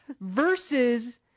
Versus